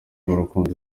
bw’urukundo